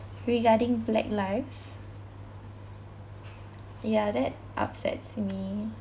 regarding black lives ya that upsets me